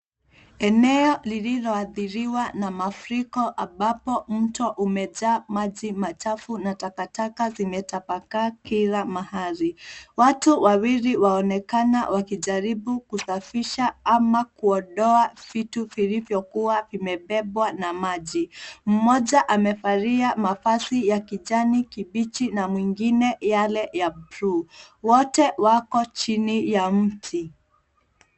Eneo lililoadhiriwa na mafuriko ambapo mto umejaa maji machafu na takataka zimetapaka kila mahali. Watu wawili waonekana wakijaribu kusafisha ama kuondoa vitu vilivyokuwa vimebebwa na maji. Mmoja amevalia mavazi ya kijani kibichi na mwingine yale ya blue . Wote wako chini ya mti.